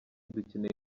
dukeneye